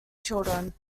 children